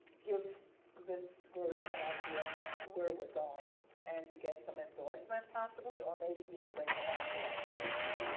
give this group an idea of where we're going and to get some endorsement possibly or maybe even to expand the ideas.